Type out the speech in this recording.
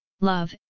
love